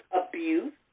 abuse